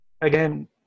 Again